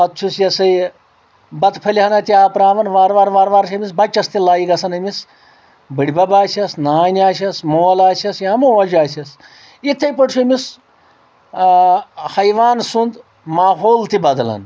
پتہٕ چھُس یہِ ہسا یہِ بتہٕ پھٔلۍ ہنا تہِ آپراوان وارٕ وارٕ وارٕ وارٕ چھِ أمِس بچس تہِ لٲے گژھان أمِس بڈۍبب آسٮ۪س نانۍ آسٮ۪س مول آسٮ۪س یا موج آسٮ۪س یتھٕے پٲٹھۍ چھُ أمِس آ حیوانہٕ سُنٛد ماحول تہِ بدلان